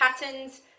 patterns